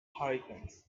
hurricanes